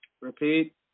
Repeat